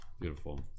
beautiful